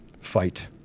fight